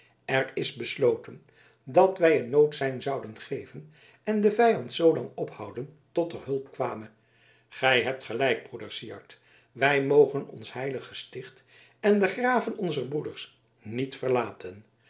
er is besloten dat wij een noodsein zouden geven en den vijand zoolang ophouden tot er hulp kwame gij hebt gelijk broeder syard wij mogen ons heilig gesticht en de graven onzer broeders niet verlaten